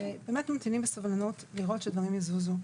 ואנחנו באמת ממתינים בסבלנות לראות שדברים יזוזו.